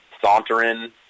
sauntering